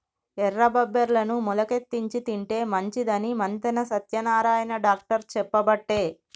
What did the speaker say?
ఎర్ర బబ్బెర్లను మొలికెత్తిచ్చి తింటే మంచిదని మంతెన సత్యనారాయణ డాక్టర్ చెప్పబట్టే